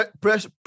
pressure